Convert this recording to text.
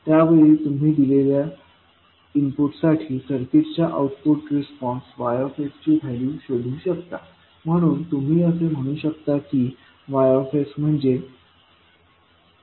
त्या वेळी तुम्ही दिलेल्या इनपुटसाठी सर्किटच्या आउटपुट रिस्पॉन्स Y ची व्हॅल्यू शोधू शकता म्हणून तुम्ही असे म्हणू शकता की Y म्हणजे H